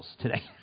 today